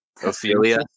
Ophelia